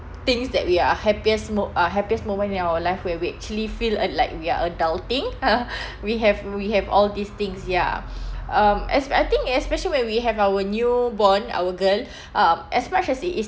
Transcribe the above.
things that we are happiest mo~ are happiest moment in our life where we actually feel uh like we are adulting we have we have all these things ya um es~ I think especially when we have our new born our girl um as much as it is